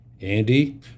Andy